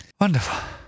Wonderful